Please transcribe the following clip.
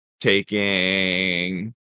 taking